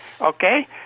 Okay